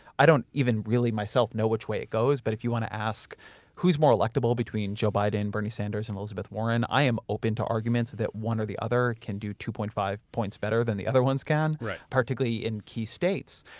i don't even really myself know which way it goes, but if you want to ask who's more electable between joe biden, bernie sanders and elizabeth warren, i am open to arguments that one or the other can do two. five points better than the other ones can, particularly in key states.